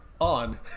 on